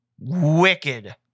wicked